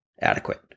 adequate